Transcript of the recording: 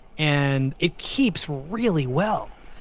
and it keeps really well.